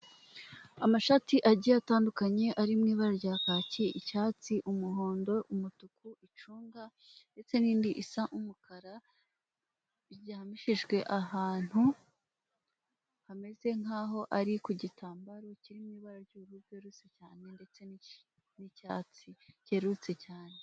Amashati agiye atandukanye ari mu ibara rya kacyi, icyatsi, umuhondo, umutuku, icunga ndetse n'indi isa nk'umukara; iryamishijwe ahantu hameze nk'aho ari ku gitambaro kirimo ibara ry'ubururu bwerurutse cyane ndetse n'icyatsi cyerurutse cyane.